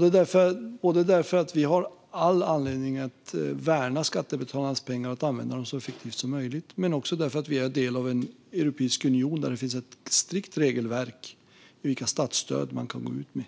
Vi har nämligen all anledning att värna skattebetalarnas pengar och använda dem så effektivt som möjligt. Det är också så att vi är en del av en europeisk union där det finns ett strikt regelverk för vilka statsstöd man kan gå ut med,